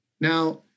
Now